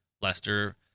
Lester